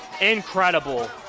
Incredible